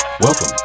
Welcome